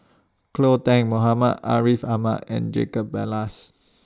Cleo Thang Muhammad Ariff Ahmad and Jacob Ballas